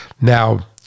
now